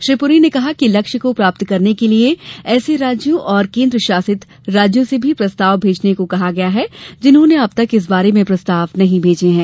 श्री पुरी ने कहा कि लक्ष्य को प्राप्त करने के लिए ऐसे राज्यों और केन्द्र शासित प्रदेशों से भी प्रस्ताव भेजने को कहा गया है जिन्होंने अब तक इस बारे में प्रस्ताभव नहीं भेजे हैं